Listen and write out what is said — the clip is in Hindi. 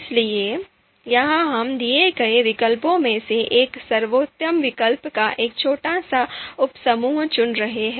इसलिए यहां हम दिए गए विकल्पों में से एक सर्वोत्तम विकल्प का एक छोटा सा उप समूह चुन रहे हैं